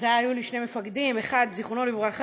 אז היו לי שני מפקדים: אחד, זיכרונו לברכה,